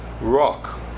rock